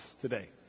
today